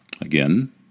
Again